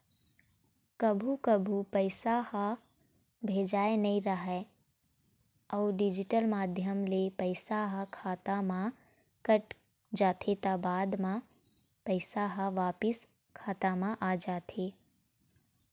कभू कभू पइसा ह भेजाए नइ राहय अउ डिजिटल माध्यम ले पइसा ह खाता म कट जाथे त बाद म पइसा ह वापिस खाता म आ जाथे